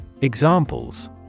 Examples